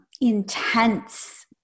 intense